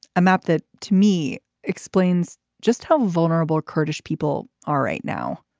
a map that to me explains just how vulnerable kurdish people are right now.